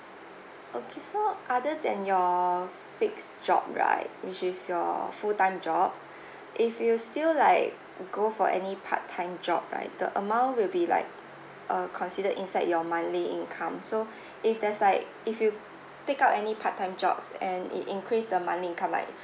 okay so other than your fixed job right which is your full time job if you still like go for any part time job right the amount will be like uh considered inside your monthly income so if there's like if you take up any part time jobs and it increase the monthly income right